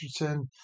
Richardson